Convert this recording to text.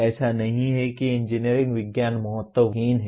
ऐसा नहीं है कि इंजीनियरिंग विज्ञान महत्वहीन है